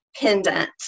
pendant